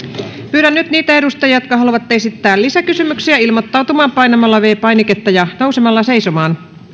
pyydän nyt niitä edustajia jotka haluavat esittää lisäkysymyksiä ilmoittautumaan painamalla viides painiketta ja nousemalla seisomaan